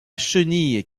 chenille